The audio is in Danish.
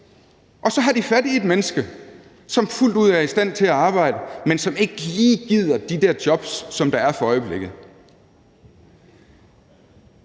og så har de fat i et menneske, som fuldt ud er i stand til at arbejde, men som ikke lige gider de der jobs, der er for øjeblikket.